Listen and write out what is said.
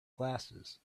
glasses